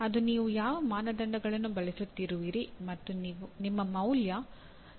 ಅದು ನೀವು ಯಾವ ಮಾನದಂಡಗಳನ್ನು ಬಳಸುತ್ತಿರುವಿರಿ ಮತ್ತು ನಿಮ್ಮ ಮೌಲ್ಯ ಮತ್ತು ಮಟ್ಟಗಳನ್ನು ಅವಲಂಬಿಸಿರುತ್ತದೆ